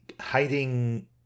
hiding